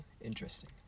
Interesting